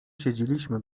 siedzieliśmy